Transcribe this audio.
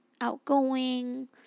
outgoing